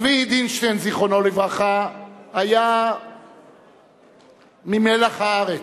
צבי דינשטיין, זיכרונו לברכה, היה ממלח הארץ,